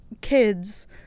kids